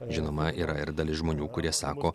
žinoma yra ir dalis žmonių kurie sako